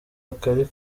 akari